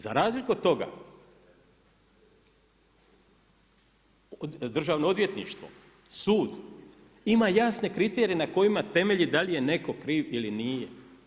Za razliku od toga Državno odvjetništvo, sud ima jasne kriterije na kojima temelji da li je netko kriv ili nije.